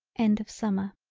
end of summer.